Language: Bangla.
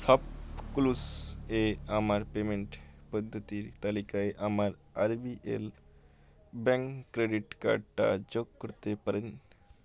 সপক্লুস এ আমার পেমেন্ট পদ্ধতির তালিকায় আমার আরবিএল ব্যাঙ্ক ক্রেডিট কার্ডটা যোগ করতে পারেন